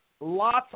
Lots